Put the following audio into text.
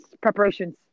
preparations